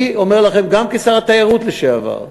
אני אומר לכם, גם כשר התיירות לשעבר: